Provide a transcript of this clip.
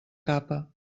capa